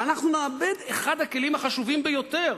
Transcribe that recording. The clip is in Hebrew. ואנחנו נאבד את אחד הכלים החשובים ביותר